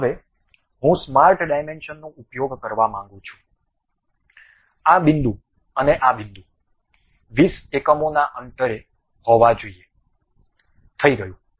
હવે હું સ્માર્ટ ડાયમેન્શનનો ઉપયોગ કરવા માંગુ છું આ બિંદુ અને આ બિંદુ 20 એકમોના અંતરે પર હોવા જોઈએ થઈ ગયું